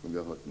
som vi har hört nu.